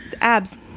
abs